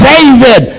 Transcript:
David